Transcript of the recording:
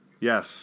yes